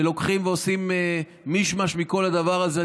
שלוקחים ועושים מיש-מש מכל הדבר הזה,